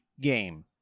game